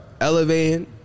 elevating